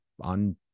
on